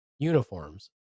uniforms